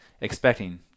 expecting